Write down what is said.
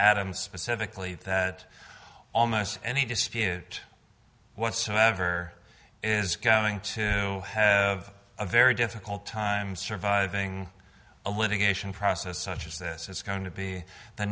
adam specifically that almost any dispute whatsoever is going to head of a very difficult time surviving a litigation process such as this is going to be the